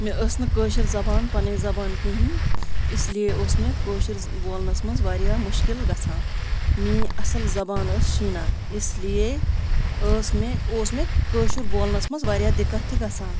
مےٚ ٲس نہٕ کٲشِر زَبان پَنٕنی زَبان کِہیٖنۍ اِسلیے اوس مےٚ کٲشُر بولنَس منٛز واریاہ مُشکل گژھان میٛٲنۍ اَصٕل زبان ٲس شیٖنا اِسلیے ٲس مےٚ اوس مےٚ کٲشُر بولنَس منٛز واریاہ دِقَت تہِ گژھان